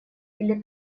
или